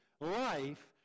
life